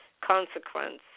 consequence